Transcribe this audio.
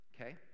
Okay